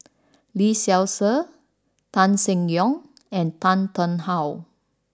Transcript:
Lee Seow Ser Tan Seng Yong and Tan Tarn How